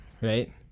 right